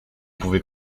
pouvez